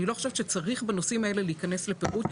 אני לא חושבת שצריך בנושאים האלה להיכנס לפירוט,